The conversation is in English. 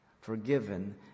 forgiven